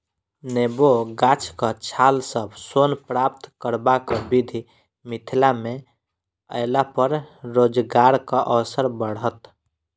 नेबो गाछक छाल सॅ सोन प्राप्त करबाक विधि मिथिला मे अयलापर रोजगारक अवसर बढ़त